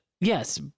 Yes